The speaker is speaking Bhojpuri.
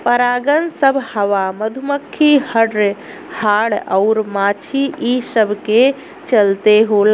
परागन सभ हवा, मधुमखी, हर्रे, हाड़ अउर माछी ई सब के चलते होला